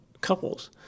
couples